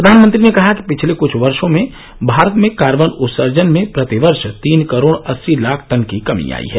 प्रधानमंत्री ने कहा कि पिछले कुछ वर्षो में भारत में कार्बन उत्सर्जन में प्रतिवर्ष तीन करोड़ अस्सी लाख टन की कमी आई है